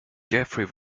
jeffery